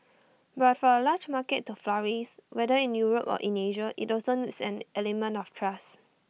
but for A large market to flourish whether in Europe or in Asia IT also needs an element of trust